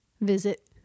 visit